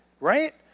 right